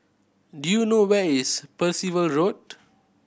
do you know where is Percival Road